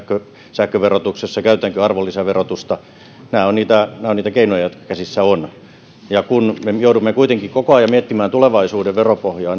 sähköverotuksessa käytetäänkö arvonlisäverotusta nämä ovat niitä keinoja jotka käsissä ovat kun me joudumme kuitenkin koko ajan miettimään tulevaisuuden veropohjaa